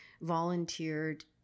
volunteered